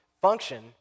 function